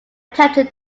attempted